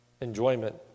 enjoyment